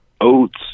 oats